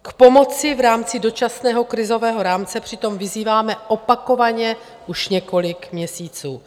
K pomoci v rámci dočasného krizového rámce přitom vyzýváme opakovaně už několik měsíců.